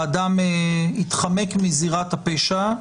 האדם התחמק מזירת הפשע,